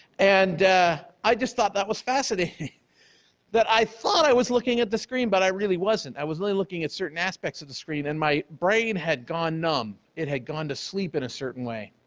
and i just thought that was fascinating that i thought i was looking at the screen but i really wasn't, i was really looking at certain aspects of the screen and my brain had gone numb. it had gone asleep in a certain way.